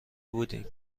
بودیم